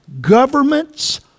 governments